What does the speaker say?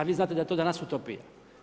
A vi znate da je to danas utopija.